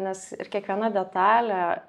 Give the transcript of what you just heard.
nes ir kiekviena detalė